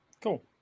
Cool